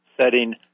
setting